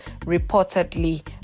reportedly